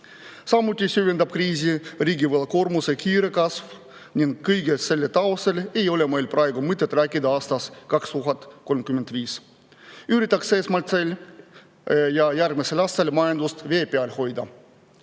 Samuti süvendab kriisi riigi võlakoormuse kiire kasv. Kõige selle taustal ei ole meil praegu mõtet rääkida aastast 2035. Esmalt üritaks sel ja järgmisel aastal majandust vee peal hoida. Oma